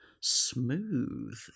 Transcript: Smooth